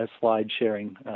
slide-sharing